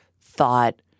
thought